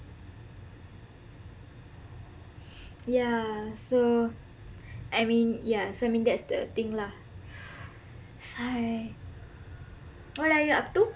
yah so I mean yah so I mean that's the thing lah !hais! what are you up to